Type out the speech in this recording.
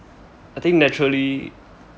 I think naturally